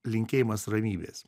linkėjimas ramybės